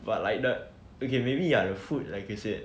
but like the okay maybe ya the food like you said